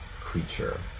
creature